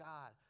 God